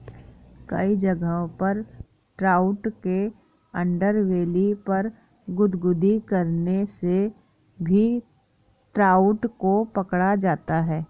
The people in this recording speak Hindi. कई जगहों पर ट्राउट के अंडरबेली पर गुदगुदी करने से भी ट्राउट को पकड़ा जाता है